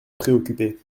préoccuper